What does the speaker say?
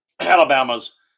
Alabama's